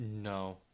no